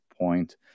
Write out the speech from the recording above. point